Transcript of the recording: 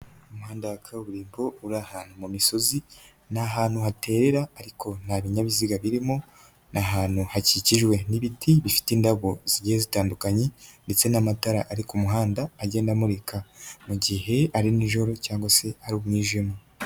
Umuhanda wa kaburimbo uri ahantu mu misozi, ni ahantu haterera, ariko nta binyabiziga birimo, ni ahantu hakikijwe n'ibiti bifite indabo zigiye zitandukanye, ndetse n'amatara ari ku muhanda, agenda amurika mu gihe ari nijoro cg se ari umwijima.